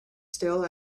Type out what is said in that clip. still